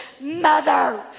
Mother